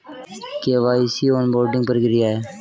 KYC onboarding प्रक्रिया क्या है?